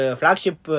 flagship